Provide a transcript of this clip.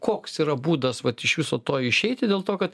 koks yra būdas vat iš viso to išeiti dėl to kad